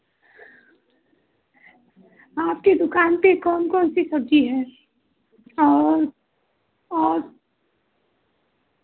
आपकी दूकान पर कौन कौन सी सब्ज़ी है और और